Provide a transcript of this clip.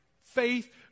faith